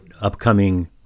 upcoming